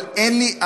אבל אין לי.